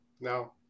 No